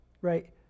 Right